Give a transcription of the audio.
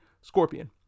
Scorpion